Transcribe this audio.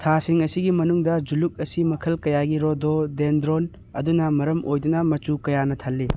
ꯊꯥꯁꯤꯡ ꯑꯁꯤꯒꯤ ꯃꯅꯨꯡꯗ ꯖꯨꯂꯨꯛ ꯑꯁꯤ ꯃꯈꯜ ꯀꯌꯥꯒꯤ ꯔꯨꯗꯣꯗꯦꯟꯗ꯭ꯔꯣꯟ ꯑꯗꯨꯅ ꯃꯔꯝ ꯑꯣꯏꯗꯨꯅ ꯃꯆꯨ ꯀꯌꯥꯅ ꯊꯜꯂꯤ